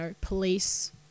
police